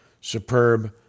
superb